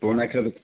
ପୁରୁଣା କ୍ଷୀର ବିକି